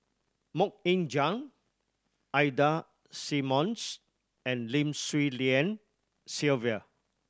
Mok Ying Jang Ida Simmons and Lim Swee Lian Sylvia